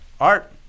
Art